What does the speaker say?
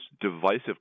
divisive